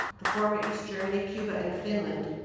the former east germany, cuba and finland,